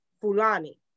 Fulani